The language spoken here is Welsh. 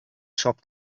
siop